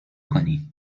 کنین